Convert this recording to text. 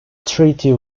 treaty